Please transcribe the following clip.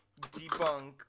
Debunk